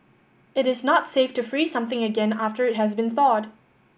it is not safe to freeze something again after it has been thawed